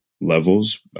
levels